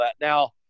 Now